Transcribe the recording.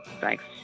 thanks